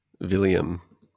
William